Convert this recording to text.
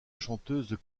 chanteuse